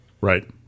Right